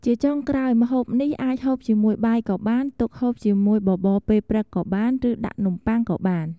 ជាចុងក្រោយម្ហូបនេះអាចហូបជាមួយបាយក៏បាន ទុកហូបជាមួយបបរពេលព្រឹកក៏បាន ឬដាក់នំបុ័ងក៏បាន។